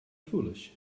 foolish